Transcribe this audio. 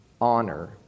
honor